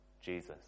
Jesus